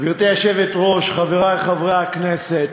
גברתי היושבת-ראש, חברי חברי הכנסת,